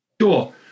Sure